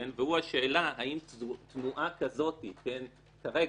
והוא השאלה האם תנועה כזאת כרגע,